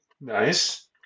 Nice